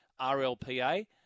RLPA